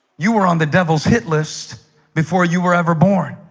you were on the devil's hit list before you were ever born